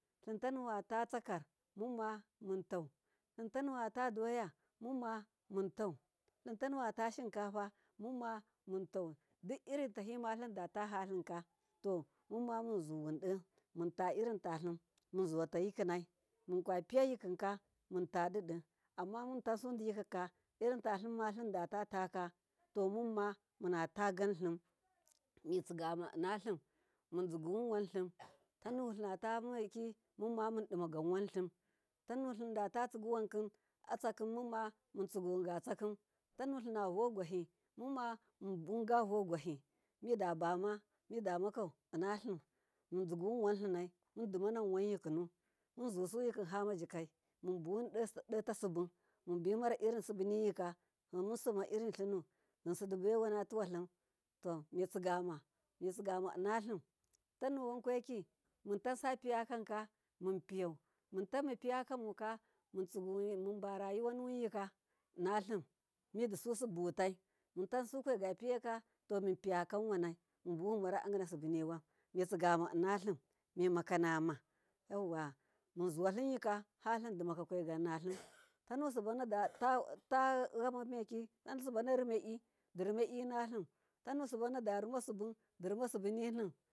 Lintanuwa tatsakar mumma muntau litanuwa doya mumma muntau, litanuwa ta shinkafa mumma muntau duirin tanimalinda halinka to mumma munzuwundo munta irin talin munzuwu irin tayikinan, munka piya yilinka muntadidi amma muntansudi yikaka hambalinda taka munatau mitsigama innalim mun zuguwun wanlim, tanu linna tameki mumma mundima wanlim tanulimnatatsigi atsakim mumma tsu guwungatsakim, tanulina vogwahi mumma mun buwun gavogwahi midabama midamakau inna lim mun zyiguwun wan linai dimananwan yikinn muzu suyikin hamma jika. i munbuwun dota sibu munbimarairin simbuniyika munsimma irinlinnu yinsihdibaiwa tuwalim to mitsigamainnalim tanuwankweki muntanisa piyakanwamunpiyau muntamma piyakam uka munba rayuwa yinka innalim, misu subuwutai muntansu faiga piyaka mun piya kanwanwanai munbuwun maraagina qubuniwanai mitsigama innalim mimakanama, yauwa muzuwalim yikahalim faigan nalim tanu subanatameki tanu subana rimae tanu subana rima simbu dirima simbunilim.